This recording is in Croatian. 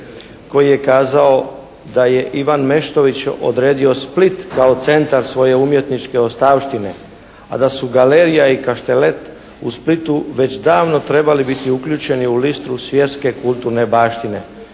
koji je kazao da je Ivan Meštrović odredio Split kao centar svoje umjetničke ostavštine, a da su galerija i kaštelet u Splitu već davno trebali biti uključeni u listu svjetske kulturne baštine.